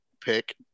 pick